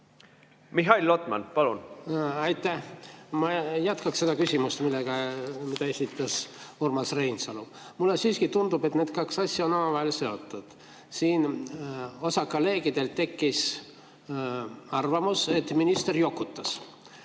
Mihhail Lotman, palun! Aitäh! Ma jätkan seda küsimust, mille esitas Urmas Reinsalu. Mulle siiski tundub, et need kaks asja on omavahel seotud. Siin osal kolleegidel tekkis arvamus, et minister jokutas.